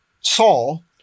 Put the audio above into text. Saul